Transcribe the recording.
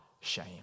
shame